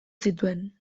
zituen